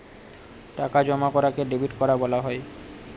টাকা জমা করাকে ডেবিট করা বলা হয়